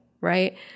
right